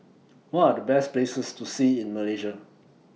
What Are The Best Places to See in Malaysia